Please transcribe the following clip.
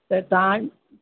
त तव्हां